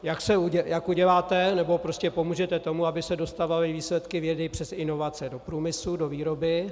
jak uděláte, nebo prostě pomůžete tomu, aby se dostávaly výsledky vědy přes inovace do průmyslu, do výroby;